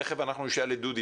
תכף אנחנו נשאל את דודי.